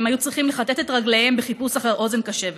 והם היו צריכים לכתת את רגליהם בחיפוש אחר אוזן קשבת.